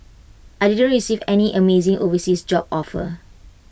I didn't receive any amazing overseas job offer